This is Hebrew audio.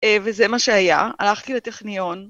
וזה מה שהיה, הלכתי לטכניון.